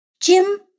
Jim